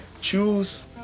Choose